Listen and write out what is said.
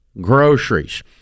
groceries